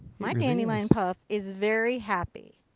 my dandelion puff is very happy.